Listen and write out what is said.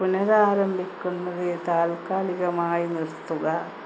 പുനരാരംഭിക്കുന്നത് താൽക്കാലികമായി നിർത്തുക